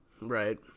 right